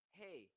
hey